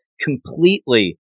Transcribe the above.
completely